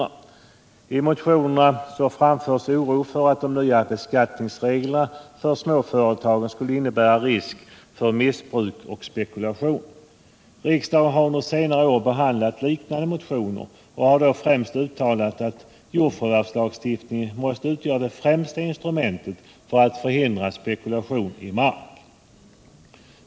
I dessa motioner framförs oro för att de nya beskattningsreglerna för småföretagen skulle innebära risk för missbruk och spekulation. Riksdagen har under senare år behandlat liknande motioner och har då uttalat att jordförvärvslagstiftningen måste utgöra det främsta instrumentet för att förhindra spekulation i mark.